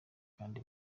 kandi